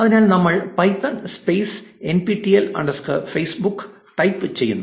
അതിനാൽ നമ്മൾ Python space NPTEL underscore Facebook python nptel facebook type ചെയ്യുന്നു